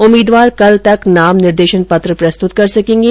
उम्मीदवार कल तक नाम निर्देशन पत्र प्रस्तुत कर सकेंगे